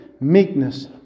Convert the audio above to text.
meekness